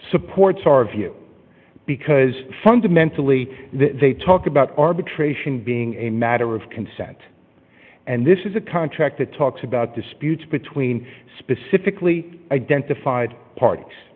supports our view because fundamentally they talk about arbitration being a matter of consent and this is a contract that talks about disputes between specifically identified par